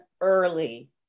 early